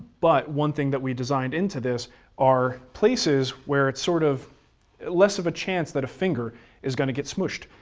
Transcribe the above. but one thing that we designed into this are places where it's sort of less of a chance that a finger is gonna get smushed.